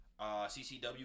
CCW